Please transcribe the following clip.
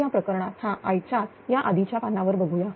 तर या प्रकरणात हा i4 याआधीच्या पानावर बघूया